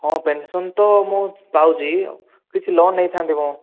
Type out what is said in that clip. ହଁ ପେନ୍ସନ୍ ତ ମୁଁ ପାଉଛି କିଛି ଲୋନ୍ ନେଇଥାନ୍ତି ମୁଁ